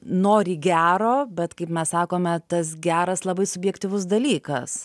nori gero bet kaip mes sakome tas geras labai subjektyvus dalykas